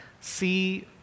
see